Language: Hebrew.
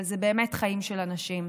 אבל אלה באמת חיים של אנשים,